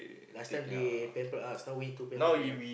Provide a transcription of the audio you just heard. last time they pamper us now we need to pampered them